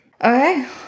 Okay